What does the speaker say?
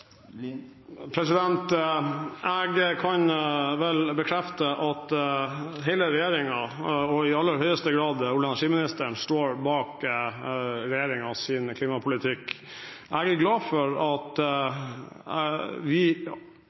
Jeg kan vel bekrefte at hele regjeringen – og i aller høyeste grad olje- og energiministeren – står bak regjeringens klimapolitikk. Jeg er glad for at vi